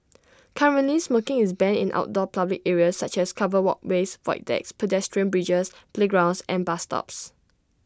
currently smoking is banned in outdoor public areas such as covered walkways void decks pedestrian bridges playgrounds and bus stops